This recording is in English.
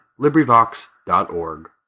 LibriVox.org